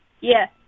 Yes